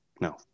No